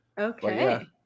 Okay